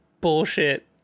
bullshit